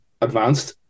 advanced